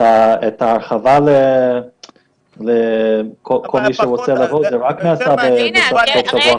ההרחבה לכל מי שרוצה לבוא נעשתה רק בסוף השבוע האחרון,